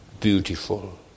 Beautiful